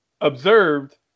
observed